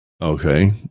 Okay